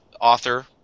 author